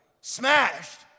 Smashed